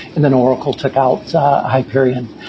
and then oracle took out hyperion.